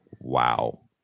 Wow